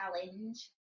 challenge